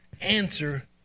answer